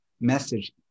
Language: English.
message